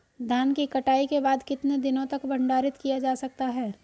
धान की कटाई के बाद कितने दिनों तक भंडारित किया जा सकता है?